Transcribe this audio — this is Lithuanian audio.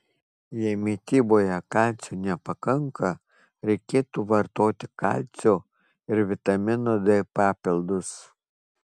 jei mityboje kalcio nepakanka reikėtų vartoti kalcio ir vitamino d papildus